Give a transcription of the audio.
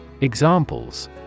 Examples